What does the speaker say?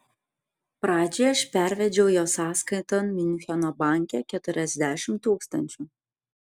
pradžiai aš pervedžiau jo sąskaiton miuncheno banke keturiasdešimt tūkstančių